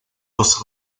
dos